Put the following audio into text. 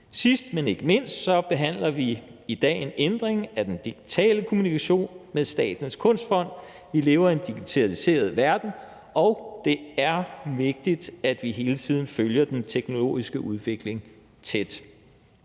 Sidst, men ikke mindst behandler vi i dag en ændring af den digitale kommunikation med Statens Kunstfond. Vi lever i en digitaliseret verden, og det er vigtigt, at vi hele tiden følger den teknologiske udvikling tæt.